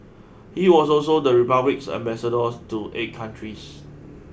he was also the Republic's ambassador to eight countries